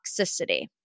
toxicity